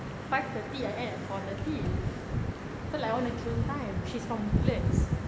five thirty I end at four thirty so like I want to kill time she's from woodlands